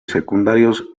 secundarios